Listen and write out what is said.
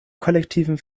kollektiven